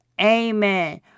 Amen